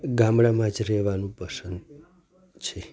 ગામડાંમાં જ રહેવાનું પસંદ છે